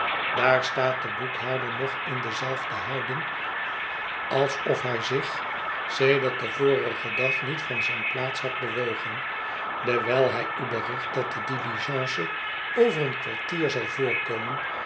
daar staat de boekhouder nog in dezelfde houding alsof hij zich sedert den vorigen dag niet van zijne plaats had bewogen dewijl hij u bericht dat de diligence over een kwartier zal voorkomen